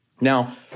Now